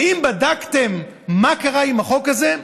האם בדקתם מה קרה עם החוק הזה?